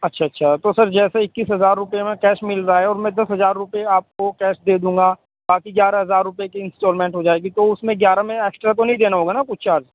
اچھا اچھا تو سر جیسے اکیس ہزار روپئے میں کیش مل رہا ہے اور میں دس ہزار روپئے آپ کو کیش دے دوں گا باقی گیارہ ہزار روپئے کی انسٹالمینٹ ہو جائے گی تو اس میں گیارہ میں ایکسٹرا تو نہیں دینا ہوگا نا کچھ چارج